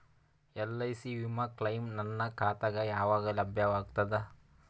LIC ವಿಮಾ claim ನನ್ನ ಖಾತಾಗ ಯಾವಾಗ ಲಭ್ಯವಾಗತದ?